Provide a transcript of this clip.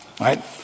right